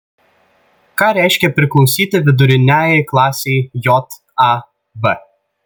ką reiškia priklausyti viduriniajai klasei jav